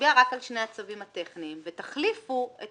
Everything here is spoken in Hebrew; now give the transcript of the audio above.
להצביע רק על שני הצווים הטכניים ותחליפו את